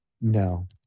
no